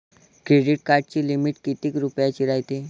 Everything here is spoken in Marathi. क्रेडिट कार्डाची लिमिट कितीक रुपयाची रायते?